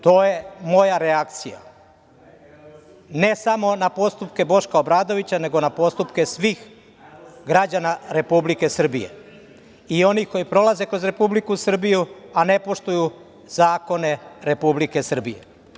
To je moja reakcija, ne samo na postupke Boška Obradovića, nego na postupke svih građana Republike Srbije, i onih koji prolaze kroz Republiku Srbiju, a ne poštuju zakone Republike Srbije.